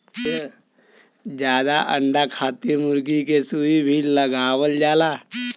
जादा अंडा खातिर मुरगी के सुई भी लगावल जाला